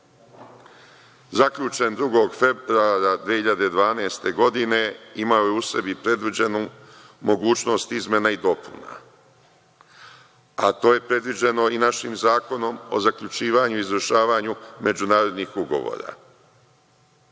zaključen 2. februara 2012. godine, imao je u sebi predviđenu mogućnost izmena i dopuna, a to je predviđeno i našim Zakonom o zaključivanju i izvršavanju međunarodnih ugovora.